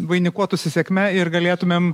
vainikuotųsi sėkme ir galėtumėm